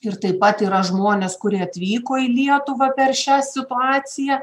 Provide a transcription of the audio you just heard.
ir taip pat yra žmonės kurie atvyko į lietuvą per šią situaciją